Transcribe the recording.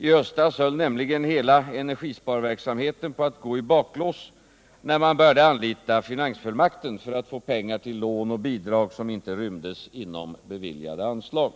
I höstas höll nämligen hela energisparverksamheten på att gå i baklås, när man började anlita finansfullmakten för att få pengar till lån och bidrag som inte rymdes inom beviljade anslag.